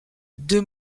deux